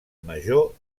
major